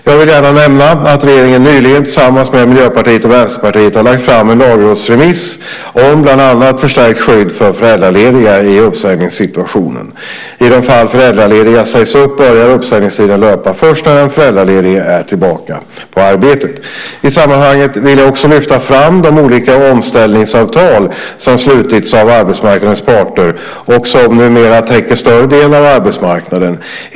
Jag vill gärna nämna att regeringen nyligen, tillsammans med Miljöpartiet och Vänsterpartiet, har lagt fram en lagrådsremiss avseende bland annat förstärkt skydd för föräldralediga i uppsägningssituationen. I de fall föräldralediga sägs upp börjar enligt förslaget uppsägningstiden löpa först när den föräldraledige är tillbaka på arbetet. I sammanhanget vill jag också lyfta fram de olika omställningsavtal som slutits av arbetsmarknadens parter och som numera täcker större delen av arbetsmarknaden.